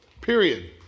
period